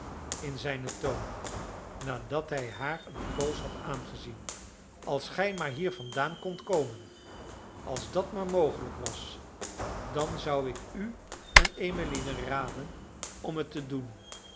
in zijnen toon nadat hij haar een poos had aangezien als gij maar hier vandaan kondt komen als dat maar mogelijk was dan zou ik u en emmeline raden om het te doen